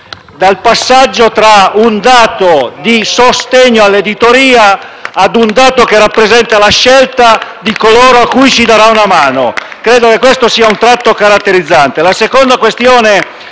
del passaggio tra un dato di sostegno all'editoria ad un dato che rappresenta la scelta di coloro a cui si darà una mano. Credo che questo sia un tratto caratterizzante.